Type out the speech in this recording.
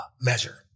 measure